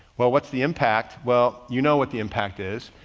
well, what's the impact? well, you know what the impact is.